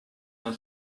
her